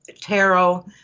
tarot